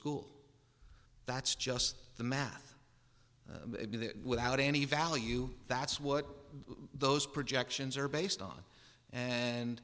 school that's just the math without any value that's what those projections are based on and